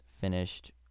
finished